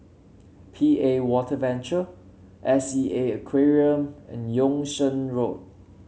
P A Water Venture S E A Aquarium and Yung Sheng Road